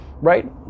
right